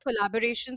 collaborations